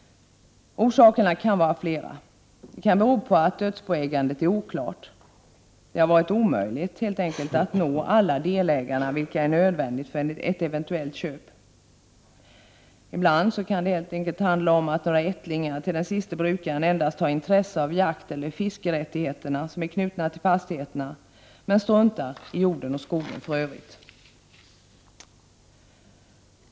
Orsakerna kan vara flera. Det kan bero på att dödsboägandet är oklart, så att det helt enkelt har varit omöjligt att nå alla delägare, vilket är nödvändigt för ett eventuellt köp. Ibland kan det handla om att några ättlingar till den siste brukaren endast har intresse av de jakteller fiskerättigheter som är knutna till fastigheten men struntar i jorden och skogen.